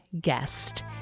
guest